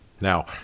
Now